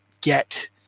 get